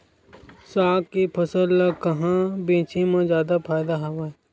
साग के फसल ल कहां बेचे म जादा फ़ायदा हवय?